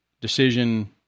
decision